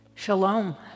Shalom